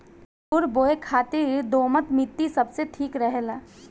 अंगूर बोए खातिर काली दोमट माटी सबसे ठीक रहेला